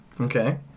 Okay